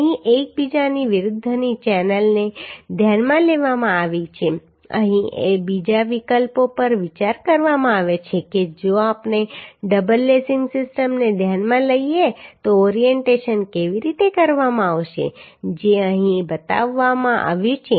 અહીં એકબીજાની વિરુદ્ધની ચેનલને ધ્યાનમાં લેવામાં આવી છે અહીં બીજા વિકલ્પ પર વિચાર કરવામાં આવ્યો છે કે જો આપણે ડબલ લેસિંગ સિસ્ટમને ધ્યાનમાં લઈએ તો ઓરિએન્ટેશન કેવી રીતે કરવામાં આવશે જે અહીં બતાવવામાં આવ્યું છે